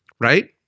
right